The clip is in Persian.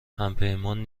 همپیمان